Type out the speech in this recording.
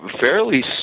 fairly